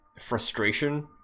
frustration